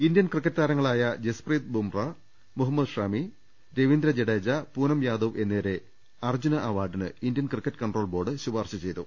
Indian cricket താരങ്ങളായ ജസ്പ്രീത് ബുംറ മുഹമ്മദ് ഷമി രവീന്ദ്ര ജഡേജ പൂനം യാദവ് എന്നിവരെ അർജ്ജുന അവാർഡിന് ഇന്ത്യൻ ക്രിക്കറ്റ് കൺട്രോൾ ബോർഡ് ശുപാർശ ചെയ്തു